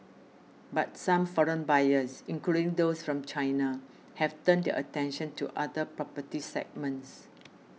but some foreign buyers including those from China have turned their attention to other property segments